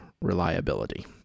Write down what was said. reliability